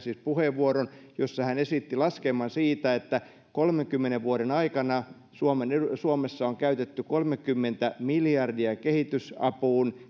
puheenvuoron jossa hän esitti laskelman siitä että kolmenkymmenen vuoden aikana suomessa on käytetty kolmekymmentä miljardia kehitysapuun